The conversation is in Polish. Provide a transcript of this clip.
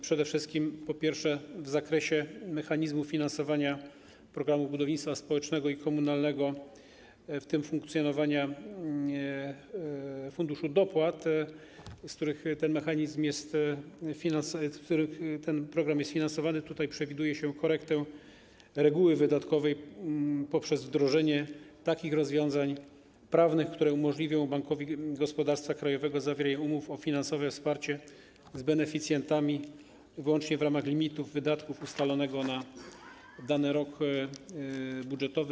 Przede wszystkim, po pierwsze, w zakresie mechanizmu finansowania programów budownictwa społecznego i komunalnego, w tym funkcjonowania Funduszu Dopłat, z którego ten program jest finansowany, przewiduje się korektę reguły wydatkowej przez wdrożenie rozwiązań prawnych, które umożliwią Bankowi Gospodarstwa Krajowego zawieranie umów o finansowe wsparcie z beneficjentami wyłącznie w ramach limitu wydatków ustalonego na dany rok budżetowy.